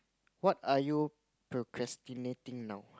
what are you procrastinating now